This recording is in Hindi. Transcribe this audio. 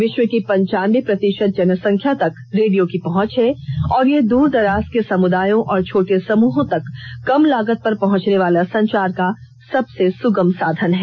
विष्व की पंचानबे प्रतिषत जनसंख्या तक रेडियो की पहुंच है और यह दूर दराज के समुदायों और छोटे समूहों तक कम लागत पर पहुंचने वाला संचार का सबसे सुगम साधन है